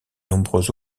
nombreux